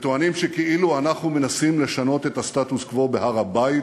וטוענים שכאילו אנחנו מנסים לשנות את הסטטוס-קוו בהר-הבית,